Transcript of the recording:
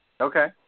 Okay